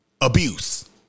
Abuse